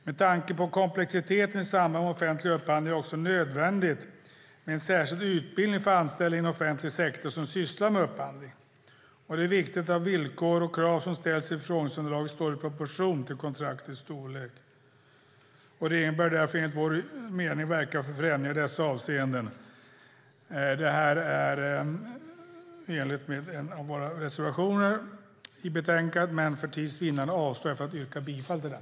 Med tanke på komplexiteten i samband med offentlig upphandling är det också nödvändigt med en särskild utbildning för anställda inom offentlig sektor som sysslar med upphandling. Det är viktigt att de villkor och krav som ställs i förfrågningsunderlaget står i proportion till kontraktets storlek. Regeringen bör därför enligt vår mening verka för förändringar i dessa avseenden. Det här är enligt en av våra reservationer i betänkandet, men för tids vinnande avstår jag från att yrka bifall till den.